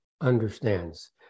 understands